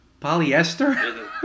Polyester